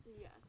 Yes